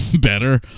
Better